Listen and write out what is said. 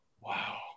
Wow